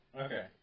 Okay